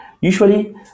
Usually